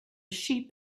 sheep